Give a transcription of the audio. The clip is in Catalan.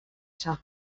sant